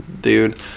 dude